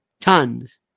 tons